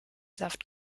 saft